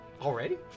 Already